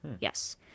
yes